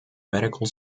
medical